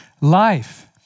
life